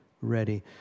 ready